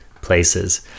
places